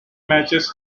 matches